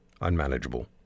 unmanageable